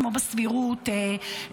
כמו בסבירות,